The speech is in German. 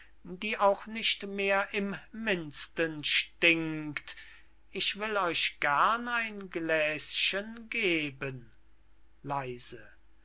die auch nicht mehr im mind'sten stinkt ich will euch gern ein gläschen geben